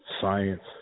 science